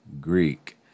Greek